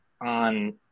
on